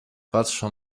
patrzą